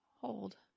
Hold